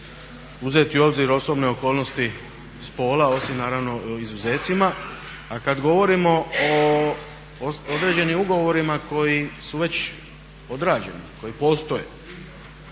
uzeti u obzir osobne okolnosti spola osim naravno izuzetcima. A kad govorimo o određenim ugovorima koji su već odrađeni, koji postaje